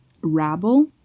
rabble